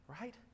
right